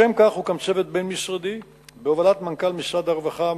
לשם כך הוקם צוות בין-משרדי בהובלת מנכ"ל משרד הרווחה,